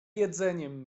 jedzeniem